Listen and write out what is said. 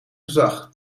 gezag